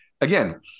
Again